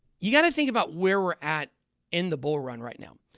you've got to think about where we're at in the bull run right now.